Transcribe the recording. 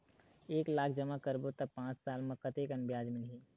एक लाख जमा करबो त पांच साल म कतेकन ब्याज मिलही?